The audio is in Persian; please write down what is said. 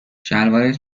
شلوارت